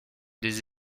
des